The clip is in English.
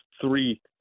three